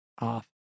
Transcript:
off